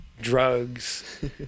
Drugs